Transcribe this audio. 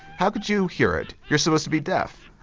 how could you hear it, you're supposed to be deaf.